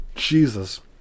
Jesus